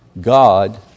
God